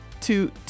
two